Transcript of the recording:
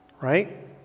Right